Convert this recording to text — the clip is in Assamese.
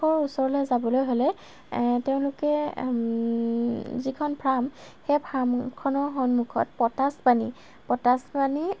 ওচৰলৈ যাবলৈ হ'লে তেওঁলোকে যিখন ফ্ৰাম সেই ফাৰ্মখনৰ সন্মুখত পটাচবাণী পটাচবাণী